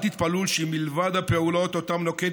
אל תתפלאו שמלבד הפעולות שאותן נוקט